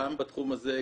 גם בתחום הזה,